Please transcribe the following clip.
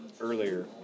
earlier